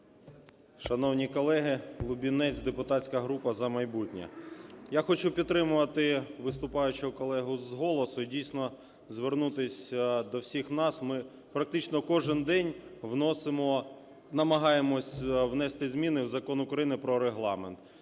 Шановні колеги! Лубінець, депутатська група "За майбутнє". Я хочу підтримати виступаючого колегу з "Голосу" і дійсно звернутися до всіх нас, ми практично кожний день вносимо… намагаємося внести змін в Закон України "Про Регламент".